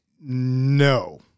No